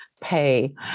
pay